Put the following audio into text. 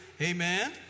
Amen